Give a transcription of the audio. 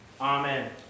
amen